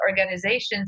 organizations